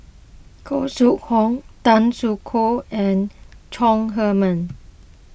Khoo Sui Hoe Tan Soo Khoon and Chong Heman